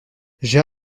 j’ai